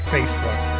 Facebook